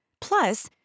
Plus